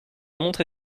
montre